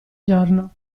giorno